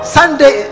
sunday